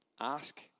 ask